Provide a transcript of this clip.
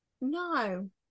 No